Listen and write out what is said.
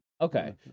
okay